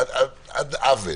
עד עוול.